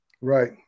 Right